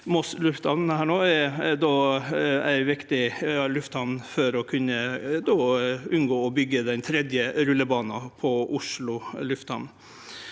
Moss lufthamn er ei viktig lufthamn for å kunne unngå å byggje den tredje rullebana på Oslo